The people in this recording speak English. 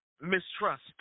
mistrust